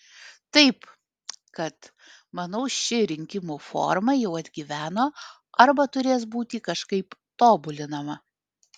taip kad manau ši rinkimų forma jau atgyveno arba turės būti kažkaip tobulinama